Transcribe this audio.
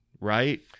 right